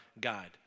guide